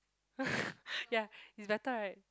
ya it's better right